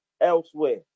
elsewhere